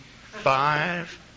five